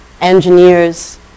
engineers